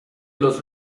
los